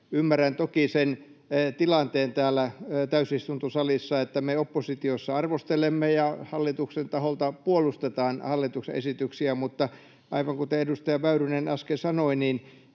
Ymmärrän toki sen tilanteen täällä täysistuntosalissa, että me oppositiossa arvostelemme ja hallituksen taholta puolustetaan hallituksen esityksiä, mutta aivan kuten edustaja Väyrynen äsken sanoi,